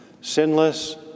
sinless